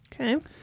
Okay